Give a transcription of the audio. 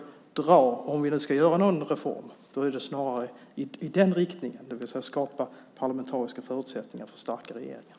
Om vi nu ska göra någon reform är det snarare i den riktningen, det vill säga genom att skapa parlamentariska förutsättningar för starka regeringar.